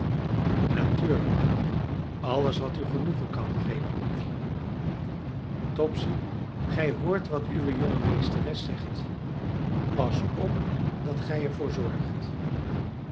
natuurlijk alles wat u genoegen kan geven liefje topsy gij hoort wat uwe jonge meesteres zegt pas op dat gij er voor zorgt